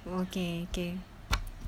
okay okay